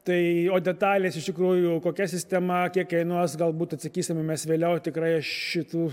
tai o detalės iš tikrųjų kokia sistema kiek kainuos galbūt atsakysime mes vėliau tikrai šitų